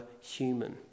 human